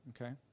Okay